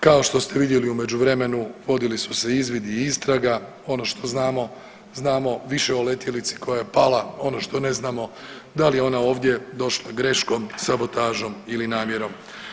Kao što ste vidjeli u međuvremenu vodili su se izvidi i istraga, ono što znamo znamo više o letjelici koja je pala, ono što ne znamo da li je ona ovdje došla greškom, sabotažom ili namjerom.